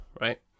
right